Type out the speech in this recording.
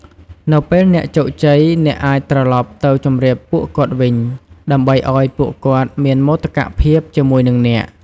នៅពេលអ្នកជោគជ័យ អ្នកអាចត្រឡប់ទៅជម្រាបពួកគាត់វិញ ដើម្បីឲ្យពួកគាត់មានមោទកភាពជាមួយនឹងអ្នក។